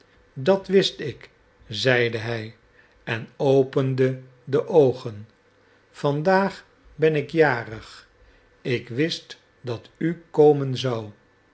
dat wist ik zeide hij en opende de oogen vandaag ben ik jarig ik wist dat u komen zou